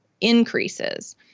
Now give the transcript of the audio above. increases